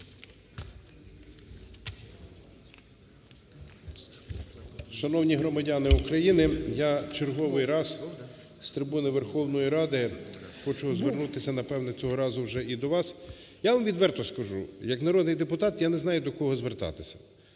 Шановні громадяни України, я черговий раз з трибуни Верховної Ради хочу звернутися, напевно, цього разу вже і до вас. Я вам відверто скажу, як народний депутат я не знаю до кого звертатися.